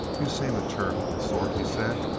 you seem a charitable sort, he said.